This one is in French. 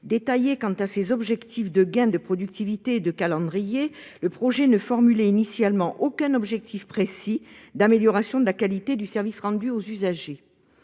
Détaillé quant à ses objectifs de gains de productivité et de calendrier, le projet ne formulait initialement aucun objectif précis d'amélioration de la qualité du service rendu aux usagers.